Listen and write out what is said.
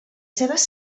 seves